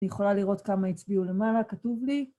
אני יכולה לראות כמה הצביעו למעלה, כתוב לי.